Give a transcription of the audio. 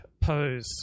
pose